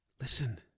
listen